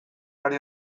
ari